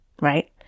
right